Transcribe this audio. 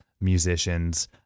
musicians